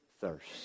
thirst